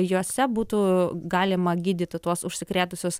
jose būtų galima gydyti tuos užsikrėtusius